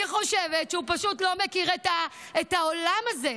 אני חושבת שהוא פשוט לא מכיר את העולם הזה,